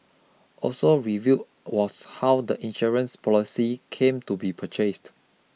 also reveal was how the insurance policy came to be purchased